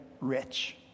rich